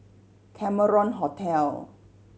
Cameron Hotel